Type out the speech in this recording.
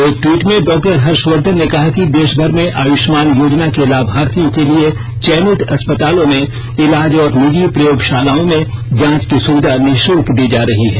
एक ट्वीट में डॉक्टर हर्षवर्धन ने कहा कि देशभर में आयुष्मान योजना के लाभार्थियों के लिए चयनित अस्पतालों में इलाज और निजी प्रयोगशालाओं में जांच की सुविधा निःशुल्क दी जा रही है